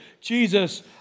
Jesus